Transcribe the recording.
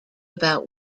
about